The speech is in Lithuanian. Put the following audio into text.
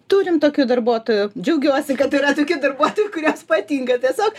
turim tokių darbuotojų džiaugiuosi kad yra tokių darbuotojų kuriuos patinka tiesiog